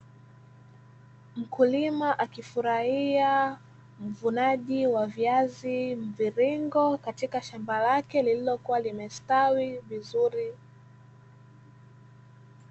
Mkulima akifurahia uvunaji wa viazi mviringo katika shamba lake lililokuwa limestawi vizuri.